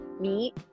meat